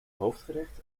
hoofdgerecht